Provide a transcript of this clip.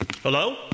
Hello